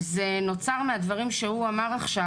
זה נוצר מהדברים שהוא אמר עכשיו,